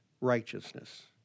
righteousness